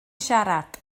siarad